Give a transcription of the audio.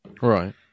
right